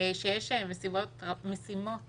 שיש משימות